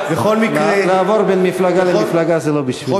לעבור ממפלגה למפלגה זה לא בשבילי.